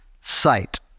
sight